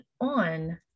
on